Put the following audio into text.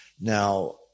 Now